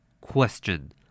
Question